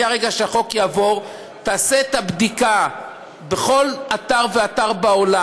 מרגע שהחוק יעבור תעשה את הבדיקה בכל אתר ואתר בעולם,